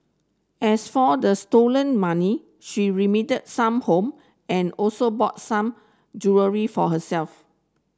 as for the stolen money she remitted some home and also bought some jewellery for herself